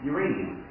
Uranium